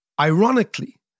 ironically